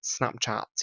Snapchat